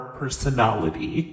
personality